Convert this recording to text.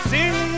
Sing